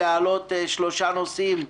להעלות שלושה נושאים.